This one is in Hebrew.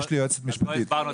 יש לי יועצת משפטית,